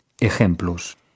Ejemplos